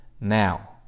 now